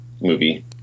movie